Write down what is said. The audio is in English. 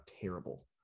terrible